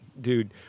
dude